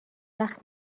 وقت